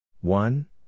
One